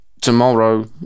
tomorrow